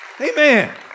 Amen